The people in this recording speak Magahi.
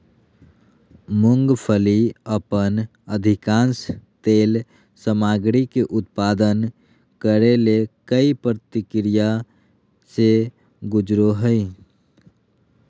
मूंगफली अपन अधिकांश तेल सामग्री के उत्पादन करे ले कई प्रक्रिया से गुजरो हइ